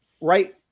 Right